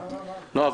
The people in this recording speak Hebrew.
לא,